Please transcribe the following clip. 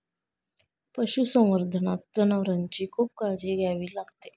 पशुसंवर्धनात जनावरांची खूप काळजी घ्यावी लागते